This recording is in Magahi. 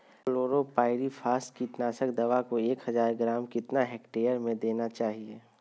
क्लोरोपाइरीफास कीटनाशक दवा को एक हज़ार ग्राम कितना हेक्टेयर में देना चाहिए?